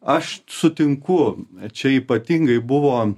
aš sutinku čia ypatingai buvo